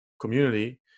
community